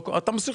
לא קרה כלום,